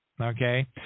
okay